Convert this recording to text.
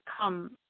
come